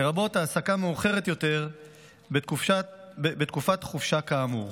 לרבות העסקה מאוחרת יותר בתקופת החופשה כאמור.